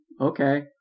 Okay